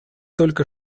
только